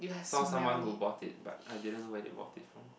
saw someone who bought it but I didn't know where they bought it from